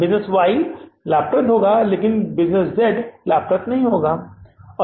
Business Y लाभदायक है और Z Ltd नहीं है